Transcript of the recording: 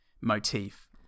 motif